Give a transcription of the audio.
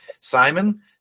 Simon